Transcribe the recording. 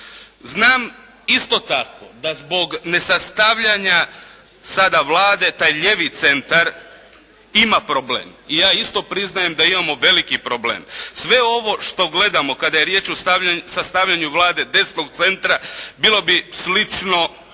Znam isto tako da zbog nesastavljanja sada Vlade, taj lijevi centar ima problem i ja isto priznajem da imamo veliki problem. Sve ovo što gledamo kada je riječ o sastavljanju Vlade desnog centra, bilo bi slično i